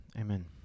Amen